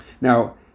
Now